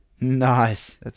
Nice